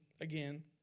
again